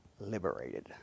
liberated